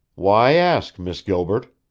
why ask, miss gilbert?